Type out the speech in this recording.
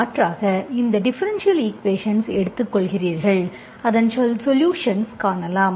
மாற்றாக இந்த differential equations எடுத்துக்கொள்கிறீர்கள் அதன் சொலுஷன் காணலாம்